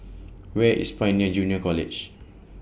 Where IS Pioneer Junior College